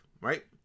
Right